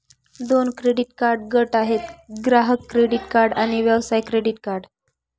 दोन credit card गट आहेत, ग्राहक क्रेडिट कार्ड आणि व्यवसाय क्रेडिट कार्ड